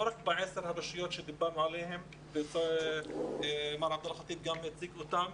רק ב-10 הרשויות עליהן דיברנו ומר עבדאללה חטיב הציג אותן.